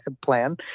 plan